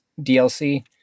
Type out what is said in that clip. DLC